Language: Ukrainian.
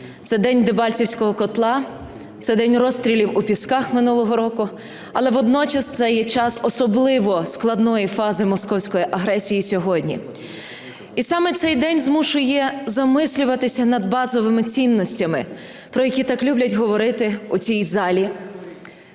це день Дебальцівського котла, це день розстрілів у Пісках минулого року. Але водночас це є час особливо складної фази московської агресії сьогодні. І саме цей день змушує замислюватися над базовими цінностями, про які так люблять говорити у цій залі.